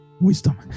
wisdom